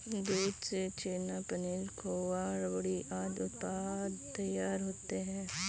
दूध से छेना, पनीर, खोआ, रबड़ी आदि उत्पाद तैयार होते हैं